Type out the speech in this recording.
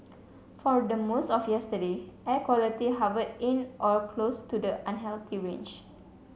for the most of yesterday air quality hovered in or close to the unhealthy range